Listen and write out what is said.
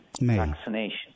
vaccination